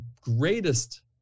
greatest